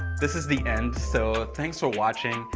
this is the end. so thanks for watching.